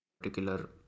particular